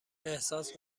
احساس